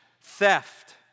theft